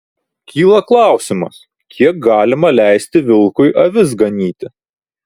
kyla klausimas kiek galima leisti vilkui avis ganyti